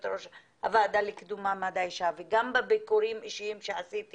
ראש הוועדה לקידום מעמד האישה וגם בביקורים אישיים שעשיתי